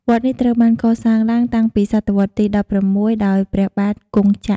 វត្តនេះត្រូវបានកសាងឡើងតាំងពីសតវត្សរ៍ទី ១៦ ដោយព្រះបាទគង់ចក្រ។